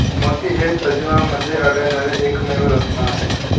मोती हे सजीवांमध्ये आढळणारे एकमेव रत्न आहेत